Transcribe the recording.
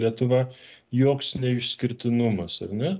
lietuva joks neišskirtinumas ar ne